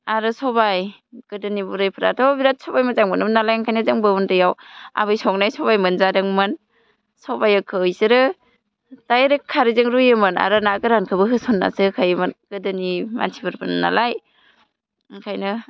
आरो सबाइ गोदोनि बुरैफ्राथ' बिराथ सबाइ मोजां मोनोमोन नालाय ओंखायनो जोंबो उन्दैआव आबै संनाय सबाइ मोनजादोंमोन सबाइखौ बिसोरो दाइरेक्त खारैजों रुयोमोन आरो ना गोरानखौबो होसन्नासो होखायोमोन गोदोनि मानसिफोरमोन नालाय ओंखायनो